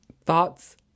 thoughts